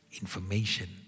Information